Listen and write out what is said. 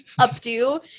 updo